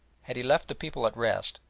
had he left the people at rest,